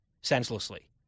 senselessly